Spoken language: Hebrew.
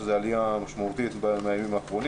שזה עלייה משמעותית בימים האחרונים.